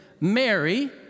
Mary